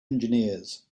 engineers